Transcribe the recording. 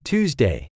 Tuesday